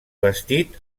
vestit